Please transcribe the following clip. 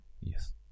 Yes